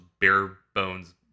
bare-bones